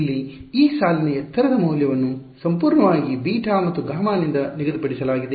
ಇಲ್ಲಿ ಈ ಸಾಲಿನ ಎತ್ತರದ ಮೌಲ್ಯವನ್ನು ಸಂಪೂರ್ಣವಾಗಿ β ಮತ್ತು γ ನಿಂದ ನಿಗದಿಪಡಿಸಲಾಗಿದೆ